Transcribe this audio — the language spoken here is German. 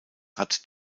hat